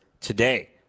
today